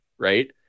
Right